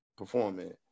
Performing